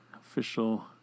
Official